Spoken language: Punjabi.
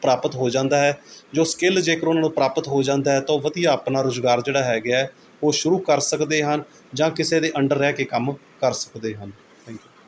ਪ੍ਰਾਪਤ ਹੋ ਜਾਂਦਾ ਹੈ ਜੋ ਸਕਿੱਲ ਜੇਕਰ ਉਹਨਾਂ ਨੂੰ ਪ੍ਰਾਪਤ ਹੋ ਜਾਂਦਾ ਹੈ ਤਾਂ ਉਹ ਵਧੀਆ ਆਪਣਾ ਰੁਜ਼ਗਾਰ ਜਿਹੜਾ ਹੈਗਾ ਹੈ ਉਹ ਸ਼ੁਰੂ ਕਰ ਸਕਦੇ ਹਨ ਜਾਂ ਕਿਸੇ ਦੇ ਅੰਡਰ ਰਹਿ ਕੇ ਕੰਮ ਕਰ ਸਕਦੇ ਹਨ ਥੈਂਕ ਯੂ